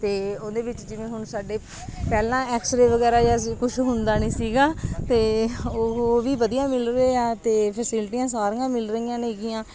ਅਤੇ ਉਹਦੇ ਵਿੱਚ ਜਿਵੇਂ ਹੁਣ ਸਾਡੇ ਪਹਿਲਾਂ ਐਕਸਰੇ ਵਗੈਰਾ ਜਾਂ ਸ ਕੁਛ ਹੁੰਦਾ ਨਹੀਂ ਸੀਗਾ ਅਤੇ ਉਹ ਵੀ ਵਧੀਆ ਮਿਲ ਰਹੇ ਆ ਅਤੇ ਫੈਸਿਲਟੀਆਂ ਸਾਰੀਆਂ ਮਿਲ ਰਹੀਆਂ ਨੇਗੀਆਂ